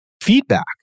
feedback